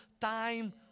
time